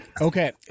okay